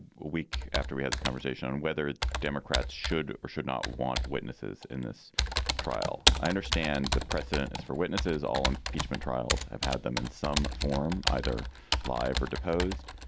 week after we had this conversation on whether democrats should or should not want witnesses in this trial? i understand the precedent is for witnesses, all impeachment trials. i've had them in some form either live or deposed.